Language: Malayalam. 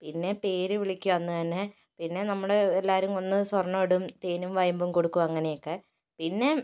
പിന്നെ പേര് വിളിക്കും അന്നുതന്നെ പിന്നെ നമ്മൾ എല്ലാവരും വന്ന് സ്വർണ്ണമിടും തേനും വയമ്പും കൊടുക്കും അങ്ങനെയൊക്കെ പിന്നെ